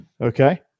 Okay